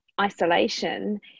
isolation